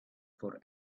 for